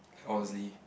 honestly